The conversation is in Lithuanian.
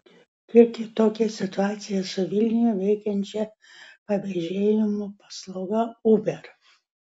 kiek kitokia situacija su vilniuje veikiančia pavežėjimo paslauga uber